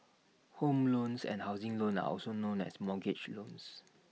home loans and housing loans are also known as mortgage loans